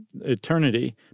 eternity